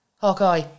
Hawkeye